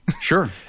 sure